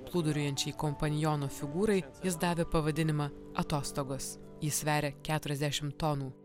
plūduriuojančiai kompaniono figūrai jis davė pavadinimą atostogos ji sveria keturiasdešimt tonų